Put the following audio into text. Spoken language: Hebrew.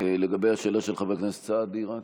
לגבי השאלה של חבר הכנסת סעדי.